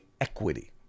equity